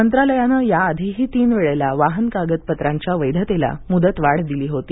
मंत्रालयानं या आधीही तीन वेळेला वाहन कागदपत्रांच्या वैधतेला मुदतवाढ दिली होती